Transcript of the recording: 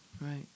right